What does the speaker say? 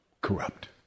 corrupt